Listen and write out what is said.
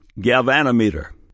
Galvanometer